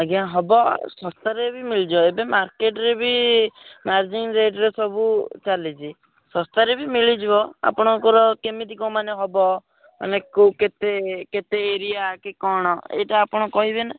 ଆଜ୍ଞା ହେବ ଶସ୍ତାରେ ବି ମିଳିଯିବ ଏବେ ମାର୍କେଟରେ ବି ମାର୍ଜିନ୍ ରେଟ୍ରେ ସବୁ ଚାଲିଛି ଶସ୍ତାରେ ବି ମିଳିଯିବ ଆପଣଙ୍କର କେମିତି କ'ଣ ମାନେ ହେବ ମାନେ କେଉଁ କେତେ କେତେ ଏରିଆ କି କ'ଣ ଏଇଟା ଆପଣ କହିବେନା